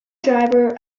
driver